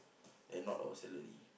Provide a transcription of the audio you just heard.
and not our salary